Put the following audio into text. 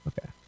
okay